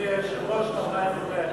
אדוני היושב-ראש, חברי חברי הכנסת,